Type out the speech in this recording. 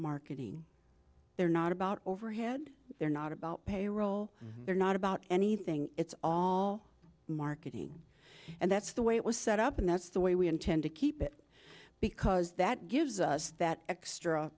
marketing they're not about overhead they're not about payroll they're not about anything it's all marketing and that's the way it was set up and that's the way we intend to keep it because that gives us that extra